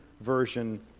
version